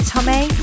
Tommy